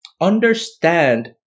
understand